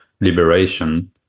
liberation